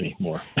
anymore